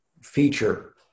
feature